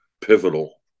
pivotal